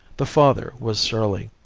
the father was surly,